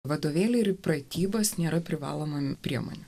vadovėliai ir pratybos nėra privaloma priemonė